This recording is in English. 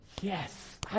Yes